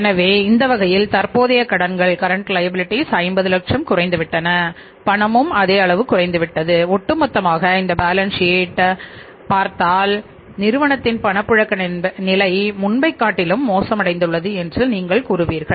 எனவே அந்த வகையில் தற்போதைய கடன்கள் கரண்ட் லயபிலிட்டிஸ் இருப்புநிலைப் பட்டியலைப் பார்த்தால் நிறுவனத்தின் பணப்புழக்க நிலை முன்பை காட்டிலும் மோசமடைந்துள்ளது என்று நீங்கள் கூறுவீர்கள்